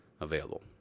available